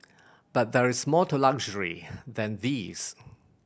but there is more to luxury than these